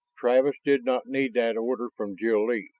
travis did not need that order from jil-lee.